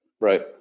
Right